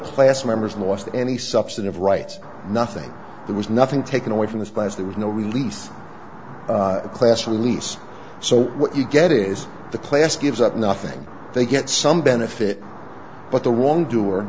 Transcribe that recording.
class members lost any substantive rights nothing there was nothing taken away from this place there was no release of class release so what you get is the class gives up nothing they get some benefit but the wrong doer